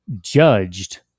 judged